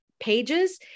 pages